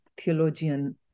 theologian